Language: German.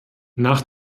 nach